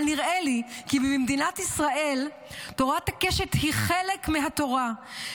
אבל נראה לי כי במדינת ישראל תורת הקשת היא חלק מהתורה,